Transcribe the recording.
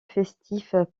festif